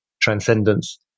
transcendence